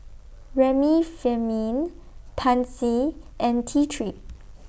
Remifemin Pansy and T three